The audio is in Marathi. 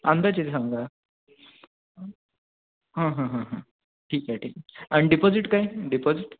अंदाजे सांगा हां हां हां हां ठीक आहे ठीक आहे आणि डिपॉजिट काय डिपॉझिट